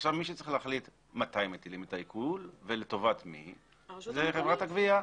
עכשיו מי שצריך להחליט מתי מטילים את העיקול ולטובת מי זה חברת הגבייה.